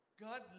God